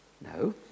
No